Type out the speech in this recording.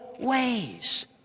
Ways